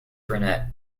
brunette